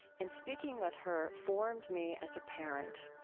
and speaking with her formed me as a parent